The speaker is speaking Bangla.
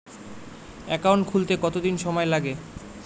একাউন্ট খুলতে কতদিন সময় লাগে?